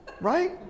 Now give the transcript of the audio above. Right